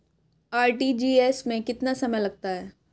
RTGS में कितना समय लगता है?